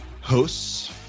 hosts